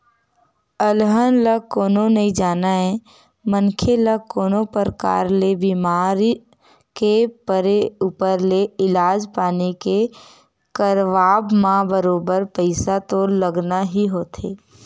अलहन ल कोनो नइ जानय मनखे ल कोनो परकार ले बीमार के परे ऊपर ले इलाज पानी के करवाब म बरोबर पइसा तो लगना ही होथे